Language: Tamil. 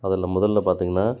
அதில் முதலில் பார்த்திங்கன்னா